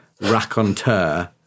raconteur